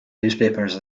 newspapers